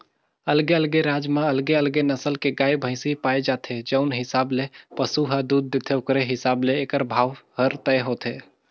अलगे अलगे राज म अलगे अलगे नसल के गाय, भइसी पाए जाथे, जउन हिसाब ले पसु ह दूद देथे ओखरे हिसाब ले एखर भाव हर तय होथे